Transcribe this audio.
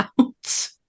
out